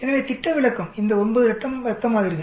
எனவே திட்ட விலக்கம் எனவே 9 இரத்த மாதிரிகள்